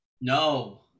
No